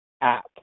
app